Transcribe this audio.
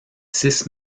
six